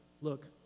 look